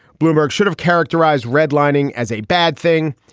bloomberg should have characterized redlining as a bad thing.